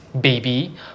baby